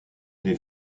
des